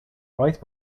twice